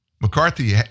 McCarthy